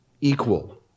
equal